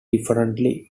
differently